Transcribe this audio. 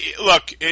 look